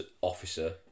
officer